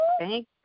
Thank